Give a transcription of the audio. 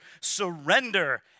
surrender